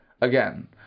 Again